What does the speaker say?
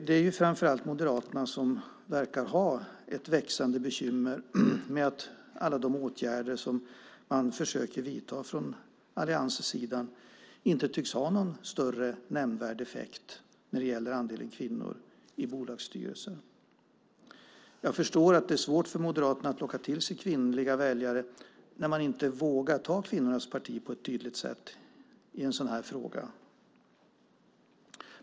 Det är framför allt Moderaterna som verkar ha ett växande bekymmer med att alla de åtgärder man försöker vidta från Alliansens sida inte tycks ha någon nämnvärd effekt när det gäller andelen kvinnor i bolagsstyrelser. Jag förstår att det är svårt för Moderaterna att locka till sig kvinnliga väljare när man inte vågar ta kvinnornas parti på ett tydligt sätt i en sådan här fråga.